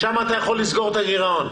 שם אתה יכול לסגור את הגירעון.